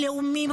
לאומיים,